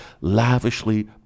lavishly